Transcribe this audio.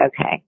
okay